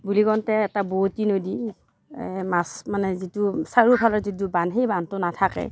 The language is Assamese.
বুলি কওঁতে এটা বোৱঁতী নদী মাছ মানে যিটো চাৰিওফালে যোনটো বান্ধ সেই বান্ধটো নাথাকে